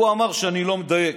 הוא אמר שאני לא מדייק,